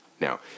Now